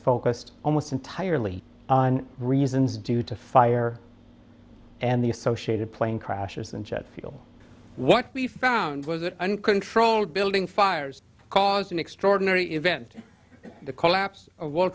focused almost entirely on reasons due to fire and the associated plane crashes and jet fuel what we found was that uncontrolled building fires caused an extraordinary event the collapse of world